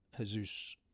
Jesus